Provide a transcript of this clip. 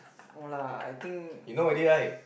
no lah I think